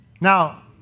Now